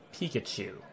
Pikachu